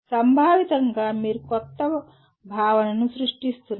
సంభావితంగా మీరు క్రొత్త భావనను సృష్టిస్తున్నారు